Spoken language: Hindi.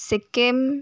सिक्किम